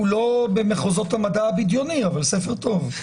כולו במחוזות המדע הבדיוני, אבל ספר טוב.